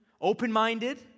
open-minded